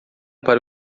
para